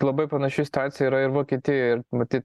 labai panaši situacija yra ir vokietijoj ir matyt